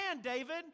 David